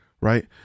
right